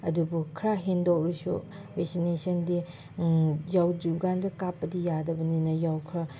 ꯑꯗꯨꯕꯨ ꯈꯔ ꯍꯦꯟꯗꯣꯛꯂꯁꯨ ꯚꯦꯛꯁꯤꯅꯦꯁꯟꯗꯤ ꯌꯧꯗ꯭ꯔꯤꯀꯥꯟꯗ ꯀꯥꯞꯄꯗꯤ ꯌꯥꯗꯕꯅꯤꯅ ꯌꯧꯈ꯭ꯔ